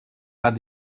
pas